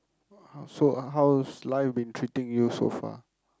how so how's life been treating you so far